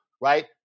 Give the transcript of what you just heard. right